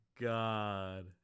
God